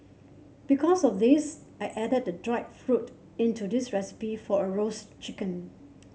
because of this I added the dried fruit into this recipe for a roast chicken